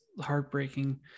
heartbreaking